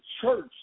church